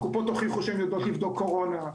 הן הוכיחו שהן יודעות לבדוק קורונה.